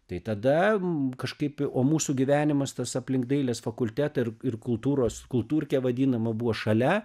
tai tada m kažkaip o mūsų gyvenimas tas aplink dailės fakultetą ir ir kultūros kulturkė vadinama buvo šalia